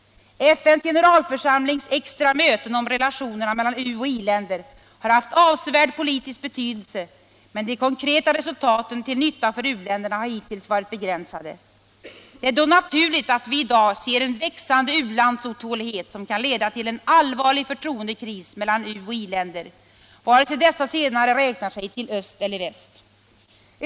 FN:s generalförsamlings extra möten om relationerna mellan uoch i-länder har haft avsevärd politisk betydelse, men de konkreta resultaten till nytta för u-länderna har hittills varit begränsade. Det är då naturligt att vi i dag ser en växande u-landsotålighet, som kan leda till en allvarlig förtroendekris mellan uoch i-länder, vare sig dessa senare räknar sig till öst eller väst.